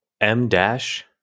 m-dash